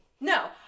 No